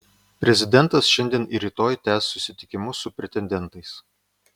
prezidentas šiandien ir rytoj tęs susitikimus su pretendentais